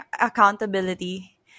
accountability